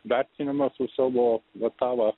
vertinimas už savo va tą vat